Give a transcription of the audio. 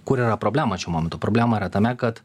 kur yra problema šiuo momentu problema yra tame kad